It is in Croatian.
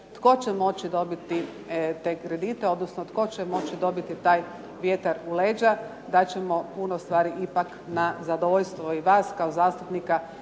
tko će moći dobiti te krediti, odnosno tko će moći dobiti taj vjetar u leđa, da će puno stvari ipak na zadovoljstvo i vas kao zastupnika